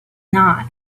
not